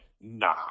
nah